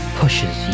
pushes